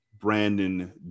Brandon